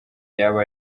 yaba